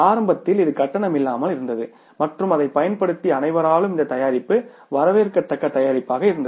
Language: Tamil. ஆரம்பத்தில் இது கட்டணமில்லாமல் இருந்தது மற்றும் அதைப் பயன்படுத்திய அனைவராலும் இந்த தயாரிப்பு வரவேற்கத்தக்க தயாரிப்பாக இருந்தது